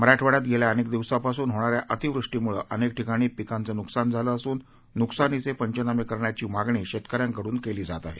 मराठवाड्यात गेल्या अनेक दिवसापासून होणाऱ्या अतिवृष्टीमुळं अनेक ठिकाणी पिकाचं नुकसान झालं असून नुकसानीचे पंचनामे करण्याची मागणी शेतकऱ्यांकडून केली जात आहे